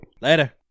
Later